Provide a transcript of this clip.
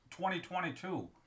2022